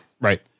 Right